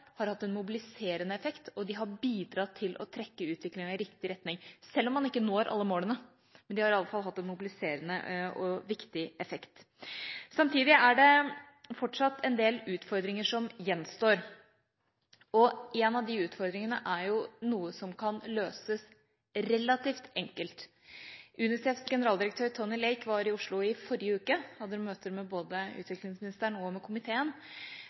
hatt en mobiliserende effekt, og de har bidratt til å trekke utviklinga i riktig retning selv om man ikke når alle målene. Men de har iallfall hatt en mobiliserende og viktig effekt. Samtidig er det fortsatt en del utfordringer som gjenstår, og en av de utfordringene er noe som kan løses relativt enkelt. UNICEFs generaldirektør Anthony Lake var i Oslo i forrige uke. Han hadde møter med både utviklingsministeren og med komiteen.